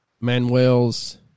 Manuel's